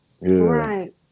Right